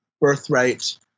Birthright